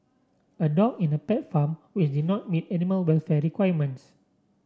a dog in a pet farm which did not meet animal welfare requirements